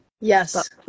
yes